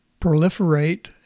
proliferate